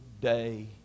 day